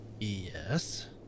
Yes